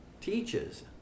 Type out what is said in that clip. teaches